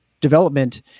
development